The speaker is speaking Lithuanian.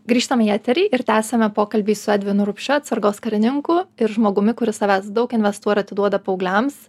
grįžtame į eterį ir tęsiame pokalbį su edvinu rupšiu atsargos karininku ir žmogumi kuris savęs daug investuoja ir atiduoda paaugliams